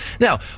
Now